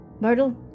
Myrtle